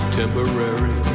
temporary